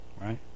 Right